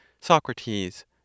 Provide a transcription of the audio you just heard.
SOCRATES